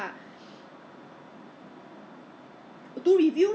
在地上 sort 来 sort 去我就想 eh 为什么突然间有这些东西 ah